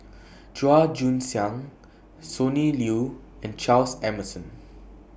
Chua Joon Siang Sonny Liew and Charles Emmerson